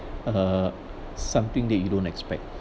uh something that you don't expect